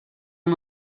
amb